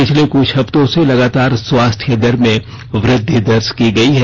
पिछले कुछ हफ्तों से लगातार स्वास्थ्य दर में वृद्धि दर्ज की गई है